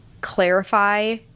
clarify